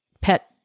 pet